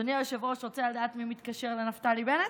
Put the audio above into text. אדוני היושב-ראש, רוצה לדעת מי מתקשר לנפתלי בנט?